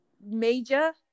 major